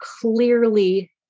clearly